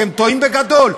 אתם טועים בגדול.